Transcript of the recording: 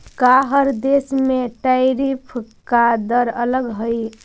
का हर देश में टैरिफ का दर अलग हई